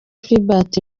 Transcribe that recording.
tribert